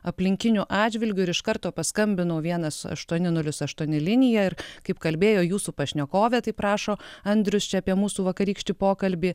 aplinkinių atžvilgiu ir iš karto paskambinau vienas aštuoni nulis aštuoni linija ir kaip kalbėjo jūsų pašnekovė taip rašo andrius čia apie mūsų vakarykštį pokalbį